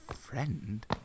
friend